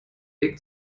weg